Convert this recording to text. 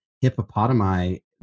hippopotami